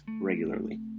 regularly